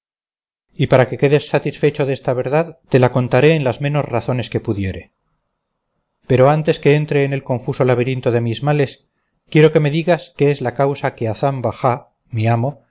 y para que quedes satisfecho desta verdad te la contaré en las menos razones que pudiere pero antes que entre en el confuso laberinto de mis males quiero que me digas qué es la causa que hazán bajá mi amo